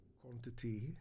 Quantity